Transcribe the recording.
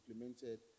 implemented